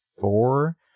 four